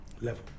level